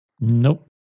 Nope